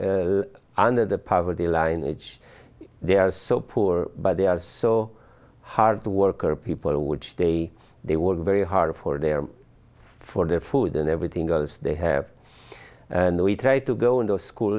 or under the poverty line which they are so poor by they are so hard to work or people which they they were very hard for there for their food and everything goes they have and we try to go into our school